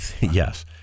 yes